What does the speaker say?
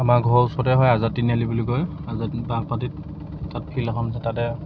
আমাৰ ঘৰৰ ওচৰতে হয় আজাদ তিনিআলী বুলি কয় আজাদ তাত ফিল্ড এখন আছে তাতে